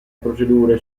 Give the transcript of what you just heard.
procedure